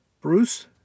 Bruce